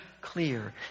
clear